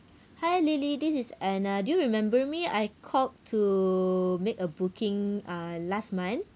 hi lily this is uh I do you remember me I called to make a booking uh last month